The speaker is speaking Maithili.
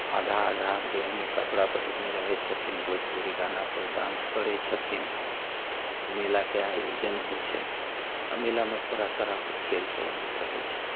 आधा आधा देहमे कपड़ा पहिरने रहै छथिन भोजपुरी गानापर डांस करै छथिन मेलाके आयोजन होइ छै आ मेलामे तरह तरहके खेलसभ अबैत रहै छै